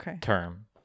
term